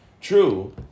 True